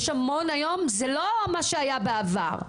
היום זה לא מה שהיה בעבר.